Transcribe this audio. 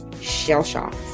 shell-shocked